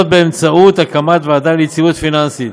באמצעות הקמת ועדה ליציבות פיננסית.